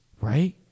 right